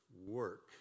Work